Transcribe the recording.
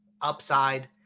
upside